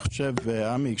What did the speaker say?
עמי,